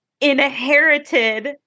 inherited